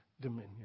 dominion